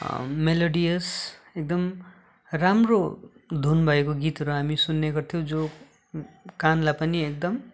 melodious एकदम राम्रो धुन भएको गीतहरू हामी सुन्ने गर्थ्यौँ जो कानलाई पनि एकदम